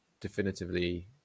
definitively